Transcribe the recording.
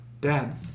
Dad